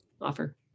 offer